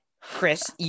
Chris